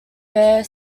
bear